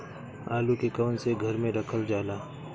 आलू के कवन से घर मे रखल जाला?